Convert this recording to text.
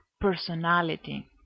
personality